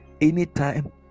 anytime